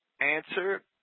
answer